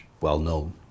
well-known